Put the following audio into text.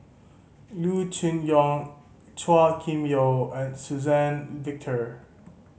Loo Choon Yong Chua Kim Yeow and Suzann Victor